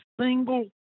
single